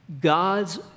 God's